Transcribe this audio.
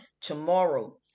Tomorrow